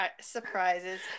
surprises